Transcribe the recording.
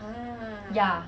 ya